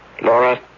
Laura